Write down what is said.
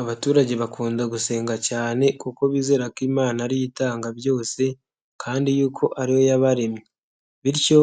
Abaturage bakunda gusenga cyane kuko bizera ko imana ariyo itanga byose kandi yuko ari yo yabaremye bityo